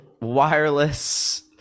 wireless